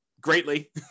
greatly